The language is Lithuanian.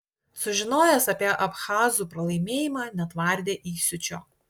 sužinojęs apie abchazų pralaimėjimą netvardė įsiūčio